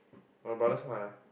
your brother smart ah